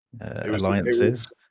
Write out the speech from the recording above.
alliances